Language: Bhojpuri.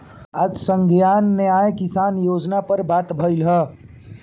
आज संघीय न्याय किसान योजना पर बात भईल ह